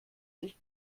sich